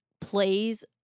plays